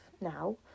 now